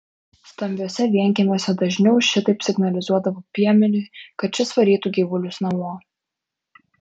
stambiuose vienkiemiuose dažniau šitaip signalizuodavo piemeniui kad šis varytų gyvulius namo